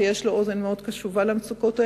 שיש לו אוזן מאוד קשובה למצוקות האלה,